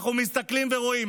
אנחנו מסתכלים ורואים.